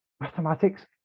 mathematics